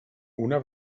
una